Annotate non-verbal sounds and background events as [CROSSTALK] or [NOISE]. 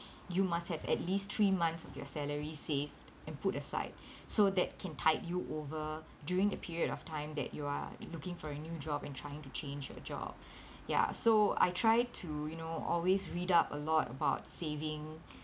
you must have at least three months of your salary saved and put aside so that can tide you over during the period of time that you are looking for a new job and trying to change your job [BREATH] ya so I try to you know always read up a lot about saving